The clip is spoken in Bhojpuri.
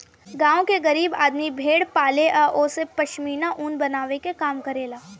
गांव के गरीब आदमी भेड़ पाले आ ओसे पश्मीना ऊन बनावे के काम करेला